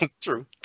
True